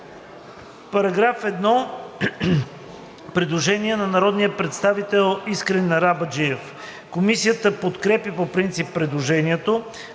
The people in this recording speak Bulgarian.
По § 1 има предложение на народния представител Искрен Арабаджиев. Комисията подкрепя по принцип предложението.